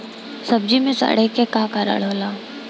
सब्जी में सड़े के का कारण होला?